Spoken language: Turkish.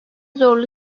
zorlu